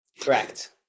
Correct